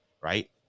right